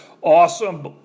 awesome